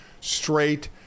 straight